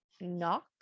knock